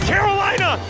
Carolina